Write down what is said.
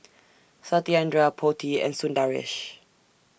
Satyendra Potti and Sundaresh